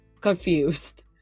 confused